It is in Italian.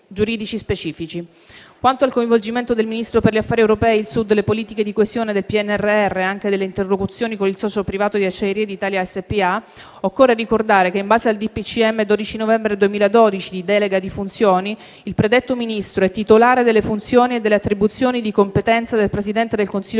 giuridici specifici. Quanto al coinvolgimento del Ministro per gli affari europei, il Sud, le politiche di coesione e il PNRR, anche dalle interlocuzioni con il socio privato di Acciaierie d'Italia SpA, occorre ricordare che in base al decreto del Presidente del Consiglio dei ministri del 12 novembre 2012 di delega di funzioni, il predetto Ministro è titolare delle funzioni e delle attribuzioni di competenza del Presidente del Consiglio